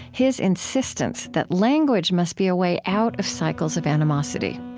his insistence that language must be a way out of cycles of animosity.